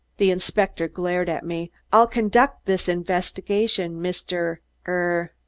the inspector glared at me. i'll conduct this investigation, mr err